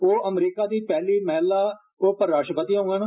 ओह् अमरीका दी पैहली महिला उपराष्ट्रपति होंडन